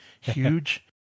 huge